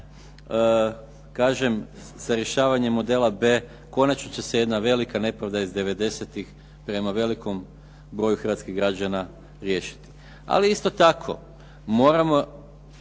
kažem sa rješavanjem modela B, konačno će se jedna velika nepravda iz '90.-ih prema velikom broju hrvatskih građana riješiti. Ali isto tako moramo